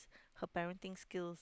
her parenting skills